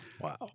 Wow